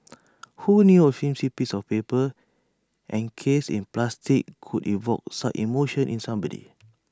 who knew A flimsy piece of paper encased in plastic could evoke such emotion in somebody